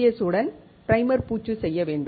S உடன் primer பூச்சு செய்ய வேண்டும்